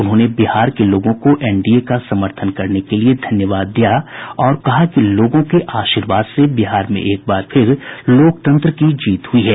उन्होंने बिहार के लोगों को एनडीए का समर्थन करने के लिए धन्यवाद दिया और कहा कि लोगों के आशीर्वाद से बिहार में एक बार फिर से लोकतंत्र की जीत हुई है